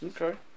okay